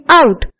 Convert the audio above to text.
out